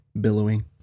billowing